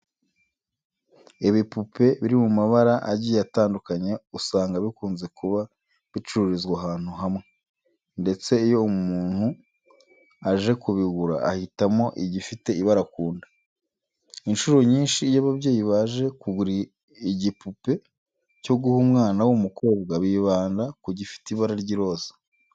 Ibipupe biri mu mabara agiye atandukanye, usanga bikunze kuba bicururizwa ahantu hamwe ndetse iyo umuntu aje kubigura ahitamo igifite ibara akunda. Inshuro nyinshi iyo ababyeyi baje kugura igipupe cyo guha umwana w'umukobwa bibanda ku gifite ibara ry'iroze.